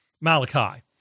Malachi